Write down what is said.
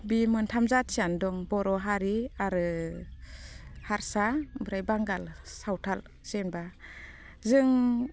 बे मोनथाम जाथियानो दं बर' हारि आरो हारसा ओमफ्राय बांगाल सावथाल जेनेबा जों